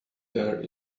there